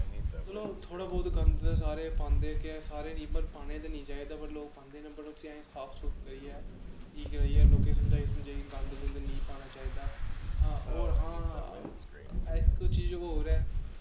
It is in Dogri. चलो थोह्ड़ा बहोत गंद ते सारे पांदे कि सारे निं पर पाने ते निं चाहिदा पर लोग पांदे वट उसी असें साफ सूफ करियै ठीक करियै लोकें गी समझाई समझुइयै गंद गुंद निं पाना चाहिदा होर हां इक चीज़ होर ऐ